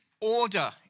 order